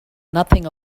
nothing